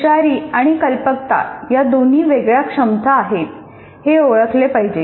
हुशारी आणि कल्पकता ह्या दोन्ही वेगळ्या क्षमता आहेत हे ओळखले पाहिजे